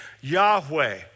Yahweh